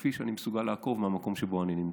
כפי שאני מסוגל לעקוב מהמקום שבו אני נמצא.